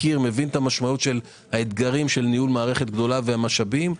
מכיר ומבין את המשמעות של האתגרים של ניהול מערכת גדולה והמשאבים.